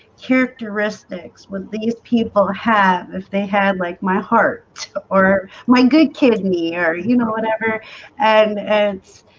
characteristics when these people have if they had like my heart or my good kidney or you know whatever and it's